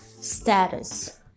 status